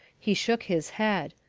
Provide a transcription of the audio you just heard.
he shook his head.